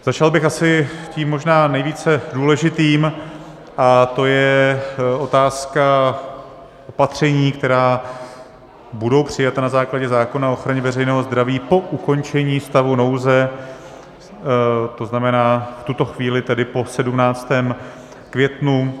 Začal bych asi tím možná nejvíce důležitým a to je otázka opatření, která budou přijata na základě zákona o ochraně veřejného zdraví po ukončení stavu nouze, tzn. v tuto chvíli po 17. květnu.